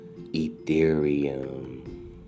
Ethereum